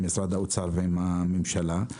האוצר ועם הממשלה.